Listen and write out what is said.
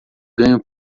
ganho